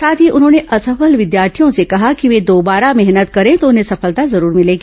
साथ ही उन्होंने असफल विद्यार्थियों से कहा कि वे दोबारा मेहनत करें तो उन्हें सफलता जरूर मिलेगी